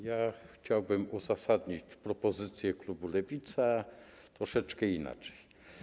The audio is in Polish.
Ja chciałbym uzasadnić propozycję klubu Lewica troszeczkę inaczej.